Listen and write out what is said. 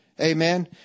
Amen